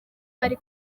bari